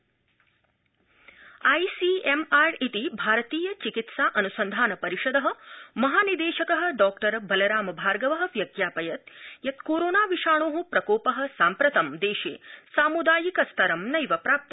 ICMR corona ICMR इति भारतीय चिकित्सा अन्सन्धान परिषद महानिदेशक डॉ बलराम भार्गव व्यज्ञापयत् कोरोना विषाणो प्रकोप साम्प्रतं साम्दायिक स्तरं नैव प्राप्त